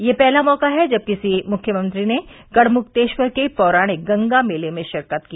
यह पहला मौका है जब किसी मुख्यमंत्री ने गढ़मुक्तेश्वर के पौराणिक गंगा मेले में शिरकत की